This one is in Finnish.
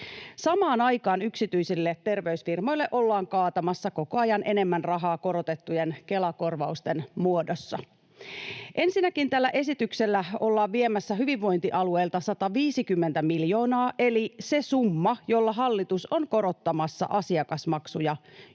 Samaan aikaan yksityisille terveysfirmoille ollaan kaatamassa koko ajan enemmän rahaa korotettujen Kela-korvausten muodossa. Ensinnäkin tällä esityksellä ollaan viemässä hyvinvointialueilta 150 miljoonaa eli se summa, jolla hallitus on korottamassa asiakasmaksuja jopa